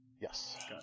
Yes